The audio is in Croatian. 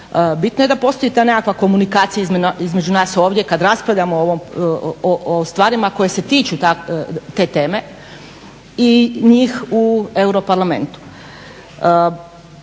bitno je da postoji ta nekakva komunikacija između nas ovdje kada raspravljamo o stvarima koje se tiču te teme i njih u europarlamentu.